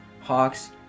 Hawks